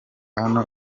hano